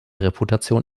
reputation